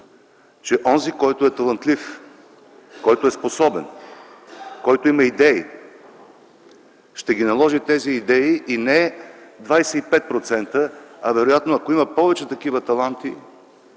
че онзи, който е талантлив, който е способен, който има идеи, ще наложи тези идеи и не 25%, а вероятно, ако има повече такива таланти,